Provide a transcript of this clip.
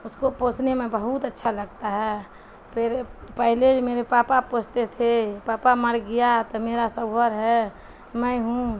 اس کو پوسنے میں بہت اچھا لگتا ہے پھر پہلے میرے پاپا پوستے تھے پاپا مر گیا تو میرا شوہر ہے میں ہوں